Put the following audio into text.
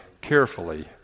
carefully